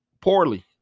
poorly